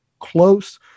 close